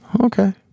Okay